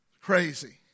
Crazy